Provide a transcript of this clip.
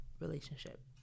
relationship